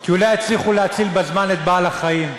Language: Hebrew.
כי אולי יצליחו להציל בזמן את בעל-החיים.